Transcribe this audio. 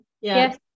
Yes